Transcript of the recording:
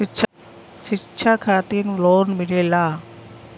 शिक्षा खातिन लोन मिलेला?